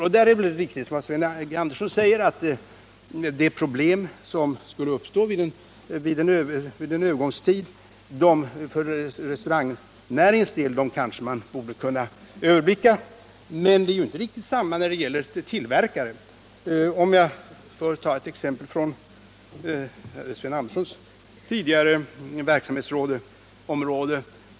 Det är riktigt, som Sven G. Andersson säger, att man borde kunna överblicka de problem som för restaurangnäringens del skulle uppstå vid en övergångstid. Men det är inte riktigt detsamma för tillverkaren. Jag kan ta ett exempel från Sven G. Anderssons tidigare verksamhetsområde.